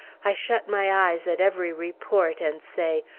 i shut my eyes at every report and say,